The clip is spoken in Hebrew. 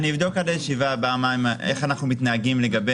אבדוק עד הישיבה הבאה איך אנחנו מתנהגים לגבי